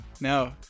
No